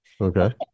Okay